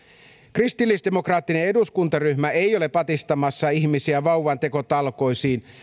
kristillisdemokraattinen eduskuntaryhmä ei ole patistamassa ihmisiä vauvantekotalkoisiin